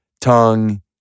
tongue